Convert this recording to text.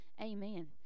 amen